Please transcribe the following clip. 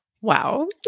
Wow